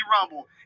rumble